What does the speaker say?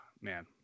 man